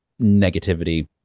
negativity